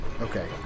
Okay